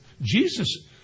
Jesus